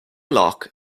lock